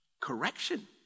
correction